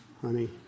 Honey